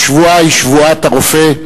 השבועה היא שבועת הרופא.